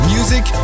Music